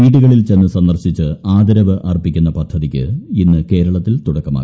വീടുകളിൽ ചെന്ന് സന്ദർശിച്ച് ആദരവ് അർപ്പിക്കുന്ന പദ്ധതിക്ക് ഇന്ന് കേരളത്തിൽ തുടക്കമാകും